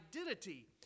identity